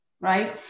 Right